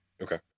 Okay